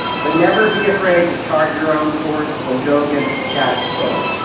but never be afraid to chart your own course or go against the status quo.